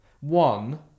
one